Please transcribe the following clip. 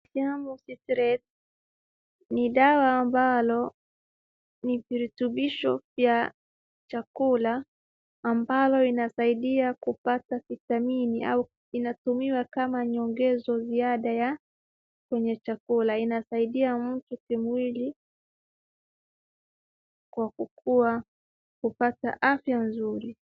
Jambo sitire ni dawa ambalo ni virutubisho vya chakula ambalo linasaidia kupata vitamini au inatumiwa kama nyongezo ziada ya kwenye chakula. Inasaidia mtu kimwili kwa kukua kupata afya nzuri.